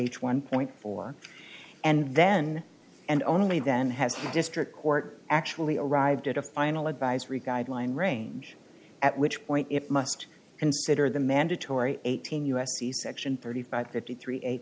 v h one point four and then and only then has he district court actually arrived at a final advisory guideline range at which point it must consider the mandatory eighteen u s c section thirty five fifty three eight